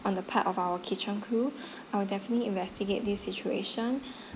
on the part of our kitchen crew I'll definitely investigate this situation